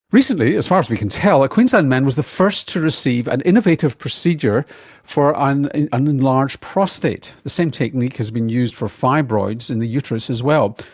recently, as far as we can tell, a queensland man was the first to receive an innovative procedure for an an enlarged prostate. the same technique has been used for fibroids in the uterus as well.